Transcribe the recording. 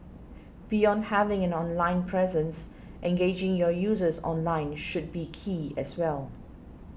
beyond having an online presence engaging your users offline should be key as well